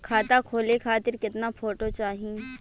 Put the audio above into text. खाता खोले खातिर केतना फोटो चाहीं?